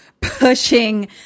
pushing